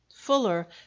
fuller